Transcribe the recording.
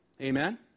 Amen